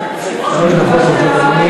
הכנסת והיושב-ראש.